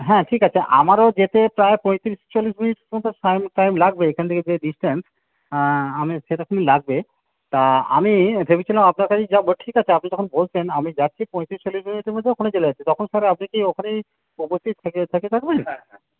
হ্যাঁ ঠিক আছে আমারও যেতে প্রায় পঁয়ত্রিশ চল্লিশ মিনিট মতো টাইম টাইম লাগবে এখান থেকে যে ডিসটেন্স আমি সেরকমই লাগবে তা আমি ভেবেছিলাম আপনার কাছেই যাবো ঠিক আছে আপনি যখন বলছেন আমি যাচ্ছি পঁয়ত্রিশ চল্লিশ মিনিটের মধ্যে ওখানে চলে যাচ্ছি তখন স্যার আপনি কি ওখানেই উপস্থিত থেকে থেকে থাকবেন